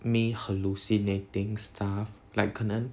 me hallucinating stuff like 可能